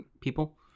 people